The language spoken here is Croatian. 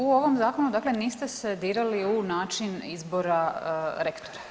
U ovom zakonu, dakle niste se dirali u način izbora rektora.